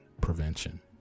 prevention